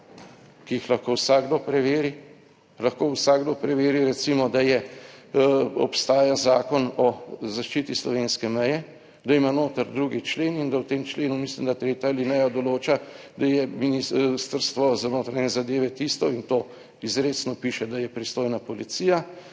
preveri, lahko vsakdo preveri, recimo, da obstaja Zakon o zaščiti slovenske meje, da ima noter 2. člen in da v tem členu, mislim, da tretja alineja določa, da je Ministrstvo za notranje zadeve tisto in to izrecno piše, da je pristojna policija